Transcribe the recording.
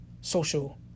social